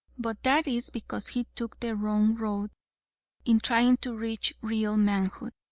but that is because he took the wrong road in trying to reach real manhood.